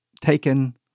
taken